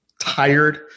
tired